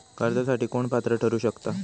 कर्जासाठी कोण पात्र ठरु शकता?